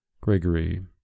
gregory